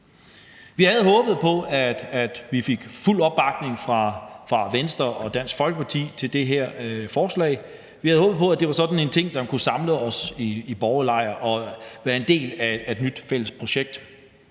Vi havde håbet på, at vi fik fuld opbakning fra Venstre og Dansk Folkeparti til det her forslag. Vi havde håbet på, at det var sådan en ting, som kunne samle os i den borgerlige lejr og være en del af et nyt fælles projekt.